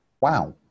wow